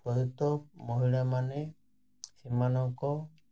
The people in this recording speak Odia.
ସହିତ ମହିଳାମାନେ ସେମାନଙ୍କ